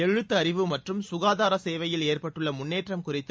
எழுத்தறிவு மற்றும் சுகாதார சேவையில் ஏற்பட்டுள்ள முன்னேற்றம் குறித்து